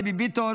דבי ביטון,